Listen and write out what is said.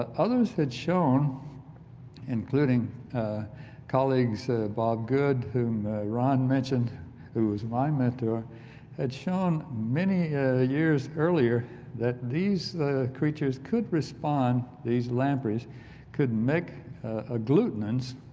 ah others had shown including colleagues bob good whom ron mentioned who was my mentor had shown many ah years earlier that these creatures could respond, these lamprey's could make ah dpliewtens